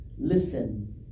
Listen